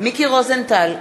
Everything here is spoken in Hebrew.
מיקי רוזנטל,